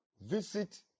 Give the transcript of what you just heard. visit